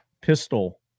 pistol